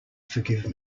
forgive